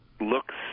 looks